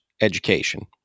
education